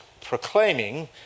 proclaiming